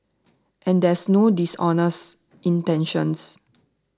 and there is no dishonest intention